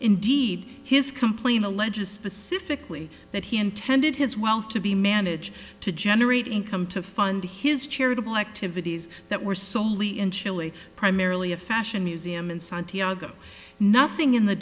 indeed his complaint alleges specifically that he intended his wealth to be managed to generate income to fund his charitable activities that were solely in chile primarily a fashion museum in santiago nothing in the